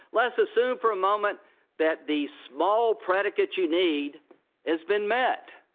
let's assume for a moment that the small predicate you need has been met.